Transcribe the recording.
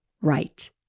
right